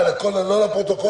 תודה רבה לכולם.